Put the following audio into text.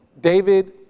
David